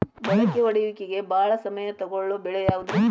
ಮೊಳಕೆ ಒಡೆಯುವಿಕೆಗೆ ಭಾಳ ಸಮಯ ತೊಗೊಳ್ಳೋ ಬೆಳೆ ಯಾವುದ್ರೇ?